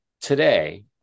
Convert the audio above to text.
today